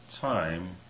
time